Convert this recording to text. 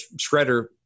shredder